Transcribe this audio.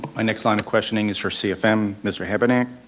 my next line of questioning is for cfm, mr. habedank.